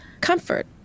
comfort